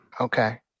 Okay